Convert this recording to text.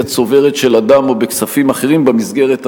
צוברת של אדם או בכספים אחרים במסגרת הזו.